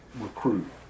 recruit